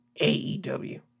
AEW